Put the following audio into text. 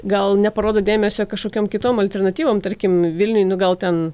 gal neparodo dėmesio kažkokiom kitom alternatyvom tarkim vilniuj gal ten